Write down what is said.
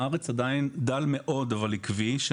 בארץ הוא עדיין דל מאוד אבל עקבי והמחקר